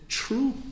true